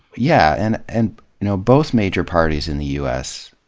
yeah. and and you know both major parties in the u s.